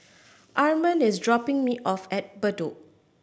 Armond is dropping me off at Bedok